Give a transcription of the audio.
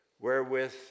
wherewith